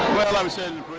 well, i said